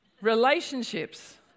relationships